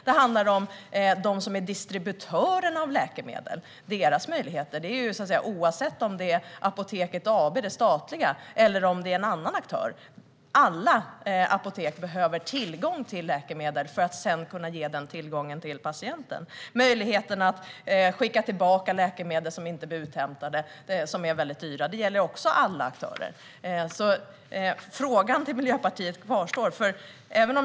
Det handlar om distributörer av läkemedel och deras möjligheter. Oavsett om det är det statliga Apoteket AB eller en annan aktör behöver alla apotek tillgång till läkemedel för att sedan kunna ge denna tillgång till patienten. Möjligheten att skicka tillbaka läkemedel som inte blir uthämtade och som är väldigt dyra gäller alla aktörer. Frågan till Miljöpartiet kvarstår.